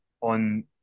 on